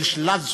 בשלילת זכויות.